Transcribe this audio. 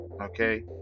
Okay